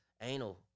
anal